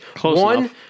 One